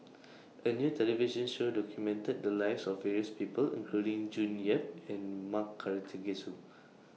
A New television Show documented The Lives of various People including June Yap and M Karthigesu